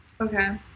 Okay